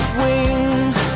wings